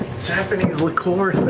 japanese liquor thing.